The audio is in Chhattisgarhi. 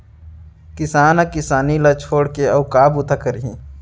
किसान ह किसानी ल छोड़ के अउ का बूता करही